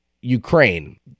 Ukraine